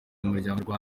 umuryango